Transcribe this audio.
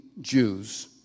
Jews